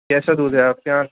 کیسا دودھ ہے آپ کے یہاں